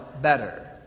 better